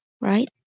right